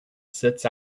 sits